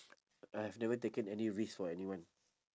I have never taken any risk for anyone